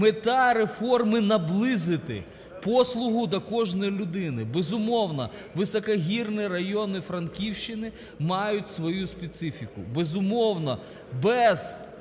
Мета реформи – наблизити послугу до кожної людини. Безумовно, високогірні райони Франківщини мають свою специфіку. Безумовно, без